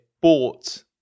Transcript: bought